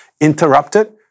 interrupted